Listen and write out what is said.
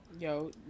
Yo